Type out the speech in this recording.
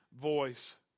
voice